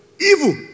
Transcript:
Evil